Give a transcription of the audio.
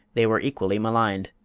they were equally maligned,